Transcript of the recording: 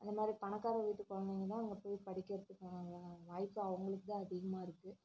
அந்த மாதிரி பணக்கார வீட்டு குழந்தைங்க தான் அங்கே போய் படிக்கிறத்துக்கான வாய்ப்பாக அவங்களுக்கு தான் அதிகமாக இருக்குது